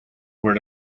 were